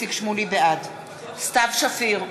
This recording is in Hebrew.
בעד סתיו שפיר,